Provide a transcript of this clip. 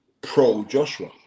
pro-Joshua